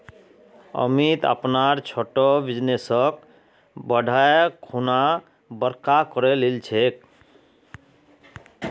अमित अपनार छोटो बिजनेसक बढ़ैं खुना बड़का करे लिलछेक